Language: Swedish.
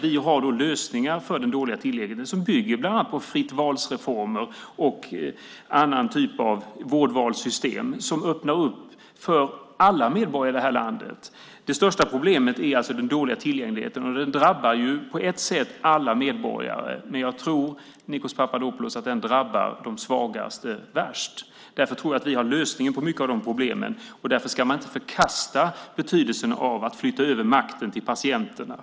Vi har lösningar för den dåliga tillgängligheten som bygger bland annat på fritt val-reformer och en annan typ av vårdvalssystem som öppnar för alla medborgare i det här landet. Det största problemet är alltså den dåliga tillgängligheten. Den drabbar på ett sätt alla medborgare, men jag tror, Nikos Papadopoulos, att den drabbar de svagaste värst. Därför tror jag att vi har lösningen på många av de problemen, och därför ska man inte förkasta betydelsen av att flytta över makten till patienterna.